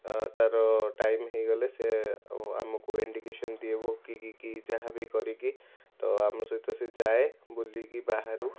ଅ ତାର ଟାଇମ ହେଇଗଲେ ସେ ଆମକୁ ଇଣ୍ଡିକେସେନ ଦିଏ ଭୋକି କି ଯାହା ବି କରିକି ତ ଆମ ସହିତ ସେ ଯାଏ ବୁଲିକି ବାହାରୁ